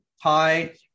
Hi